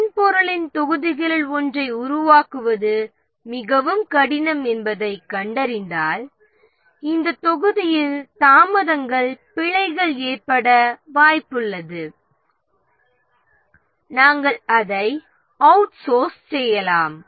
மென்பொருளின் தொகுதிகளில் ஒன்றை உருவாக்குவது மிகவும் கடினம் என்பதைக் கண்டறிந்தால் இந்த தொகுதியில் தாமதங்கள் பிழைகள் ஏற்பட வாய்ப்புள்ளது நாம் அதை அவுட்சோர்ஸ் செய்யலாம்